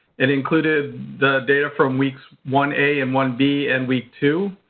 it included the data from weeks one a and one b and week two.